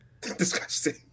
Disgusting